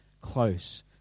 close